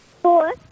Four